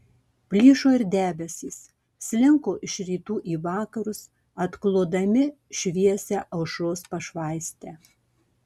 plyšo ir debesys slinko iš rytų į vakarus atklodami šviesią aušros pašvaistę